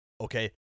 okay